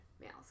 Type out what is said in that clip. males